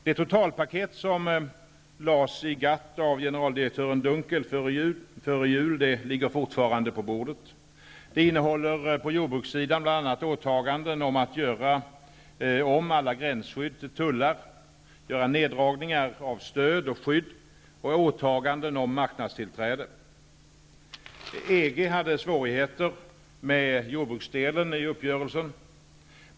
Det totalpaket som lades i GATT av generaldirektör Dunkel före jul ligger fortfarande på bordet. Det innehåller på jordbrukssidan bl.a. åtaganden om att göra om alla gränsskydd till tullar, att göra neddragningar av stöd och skydd och att göra åtaganden om marknadstillträde. EG hade svårigheter med jordbruksdelen i uppgörelsen.